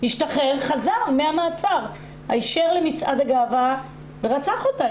השתחרר וחזר מהמעצר היישר למצעד הגאווה ורצח אותה.